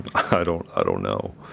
i don't i don't know.